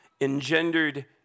engendered